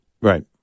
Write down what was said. Right